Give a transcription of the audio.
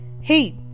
hey